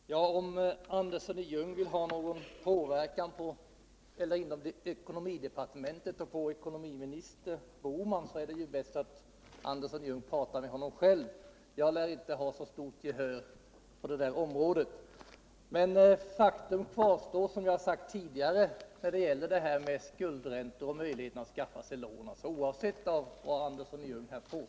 Herr talman! Om Arne Andersson i Ljung vill ha någon påverkan på ekonomiminister Bohman så är det bäst utt herr Andersson själv pratar med honom. Jag lär inte få så stort gensvar på det hållet. Men faktum kvarstår när det gäller skuldräntor, möjligheter att skaffa sig lån osv., oavsett vad herr Andersson påstär.